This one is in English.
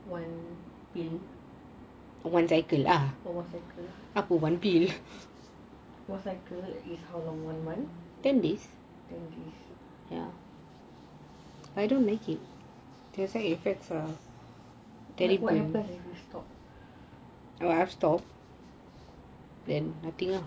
one pill one cycle is how long one month ten days oh okay what happens if you stop